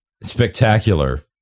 spectacular